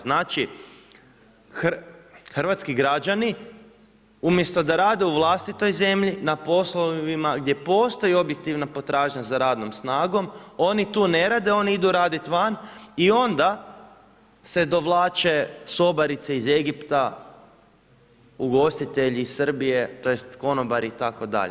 Znači, hrvatski građani, umjesto da rade u vlastitoj zemlji, na poslovima, gdje postoji objektivna potražnja za radnom snagom, oni tu ne rade, oni idu raditi van i onda se dovlače sobarice iz Egipta, ugostitelji iz Srbije, tj. konobari itd.